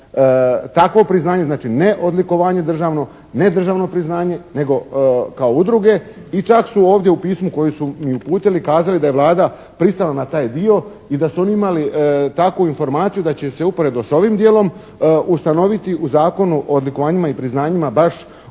takvo priznanje, znači ne odlikovanje državno, ne državno priznanje nego kao udruge i čak su ovdje u pismu koje su mi uputili kazali da je Vlada pristala na taj dio i da su oni imali takvu informaciju da će se uporedo s ovim djelom ustanoviti u Zakonu o odlikovanjima i priznanjima baš priznanje